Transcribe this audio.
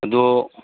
ꯑꯗꯨ